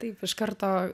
taip iš karto